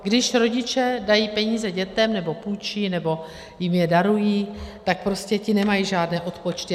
Když rodiče dají peníze dětem nebo půjčí nebo jim je darují, tak prostě ti nemají žádné odpočty.